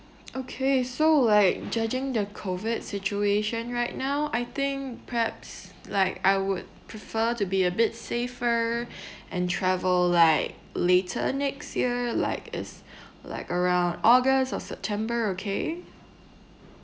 okay so like judging the COVID situation right now I think perhaps like I would prefer to be a bit safer and travel like later next year like it's like around august or september okay